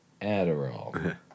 Adderall